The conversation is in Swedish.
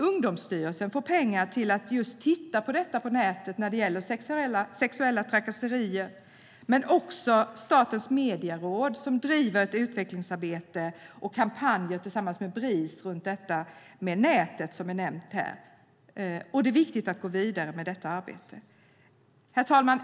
Ungdomsstyrelsen får pengar för att titta på detta med sexuella trakasserier på nätet, och Statens medieråd driver ett utvecklingsarbete och kampanjer tillsammans med Bris runt detta med nätet. Det är viktigt att gå vidare med det. Herr talman!